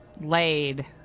laid